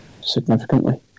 significantly